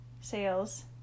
Sales